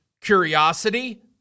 curiosity